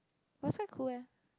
but it's quite cool leh